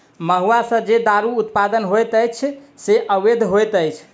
महुआ सॅ जे दारूक उत्पादन होइत अछि से अवैध होइत अछि